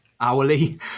hourly